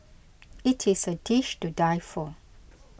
it is a dish to die for